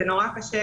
זה נורא קשה